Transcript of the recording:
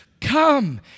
Come